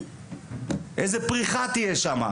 איזו פריחה תהיה שם,